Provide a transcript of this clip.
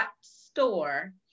store